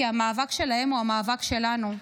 כי המאבק שלהם הוא המאבק שלנו.